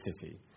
city